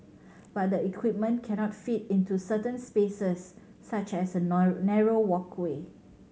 but the equipment cannot fit into certain spaces such as a narrow walkway